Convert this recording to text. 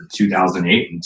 2008